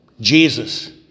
Jesus